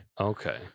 Okay